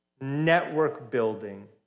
network-building